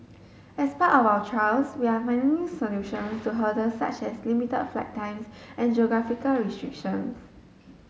as part of our trials we are finding solutions to hurdles such as limit flight times and geographical restrictions